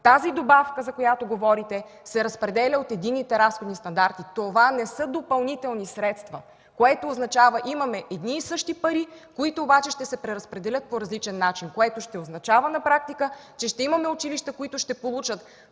Тази добавка, за която говорите, се разпределя от единните разходни стандарти. Това не са допълнителни средства, което означава: имаме едни и същи пари, които обаче ще се преразпределят по различен начин, което ще означава на практика, че ще има училища, които ще получат